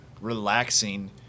Relaxing